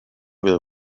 will